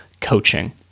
coaching